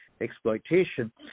exploitation